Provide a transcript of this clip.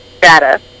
data